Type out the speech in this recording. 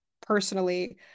personally